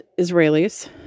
Israelis